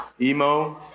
Emo